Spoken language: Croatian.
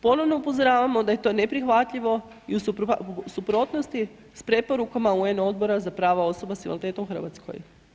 Ponovno upozoravamo da je to neprihvatljivo i u suprotnosti sa preporukama UN Odbora za prava osoba sa invaliditetom u Hrvatskoj.